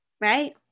right